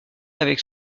avec